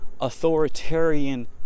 authoritarian